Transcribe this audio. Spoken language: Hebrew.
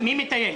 מי מטייל?